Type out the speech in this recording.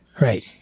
Right